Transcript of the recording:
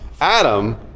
Adam